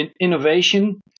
innovation